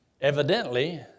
evidently